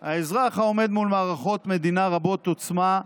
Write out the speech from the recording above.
האזרח העומד מול מערכות מדינה רבות-עוצמה,